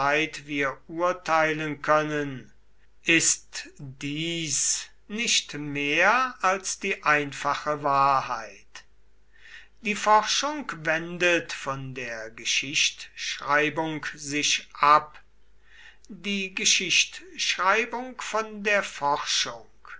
wir urteilen können ist dies nicht mehr als die einfache wahrheit die forschung wendet von der geschichtschreibung sich ab die geschichtschreibung von der forschung